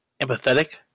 empathetic